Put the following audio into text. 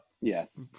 Yes